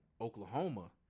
Oklahoma